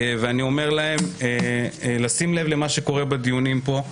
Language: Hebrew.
ואני אומר להם לשים לב למה שקורה בדיונים פה,